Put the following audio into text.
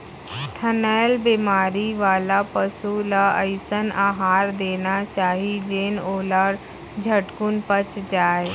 थनैल बेमारी वाला पसु ल अइसन अहार देना चाही जेन ओला झटकुन पच जाय